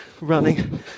running